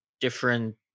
different